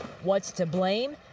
what's to blame?